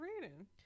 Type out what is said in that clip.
reading